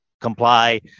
comply